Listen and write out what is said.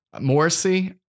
Morrissey